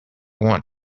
want